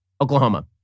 Oklahoma